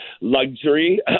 luxury